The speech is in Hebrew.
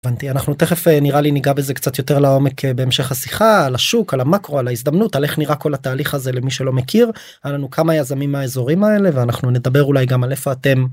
הבנתי. אנחנו תכף נראה לי ניגע בזה קצת יותר לעומק בהמשך השיחה: על השוק, על המקרו, על ההזדמנות, על איך נראה כל התהליך הזה למי שלא מכיר. היה לנו כמה יזמים מהאזורים האלה ואנחנו נדבר אולי גם על איפה אתם.